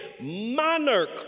monarch